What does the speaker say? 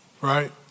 right